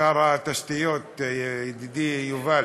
שר התשתיות, האנרגיה, ידידי יובל,